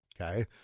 okay